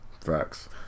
Facts